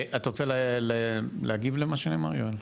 אתה רוצה להגיב למה שנאמר, יואל?